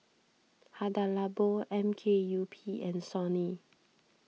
Hada Labo M K U P and Sony